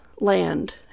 land